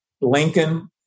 Lincoln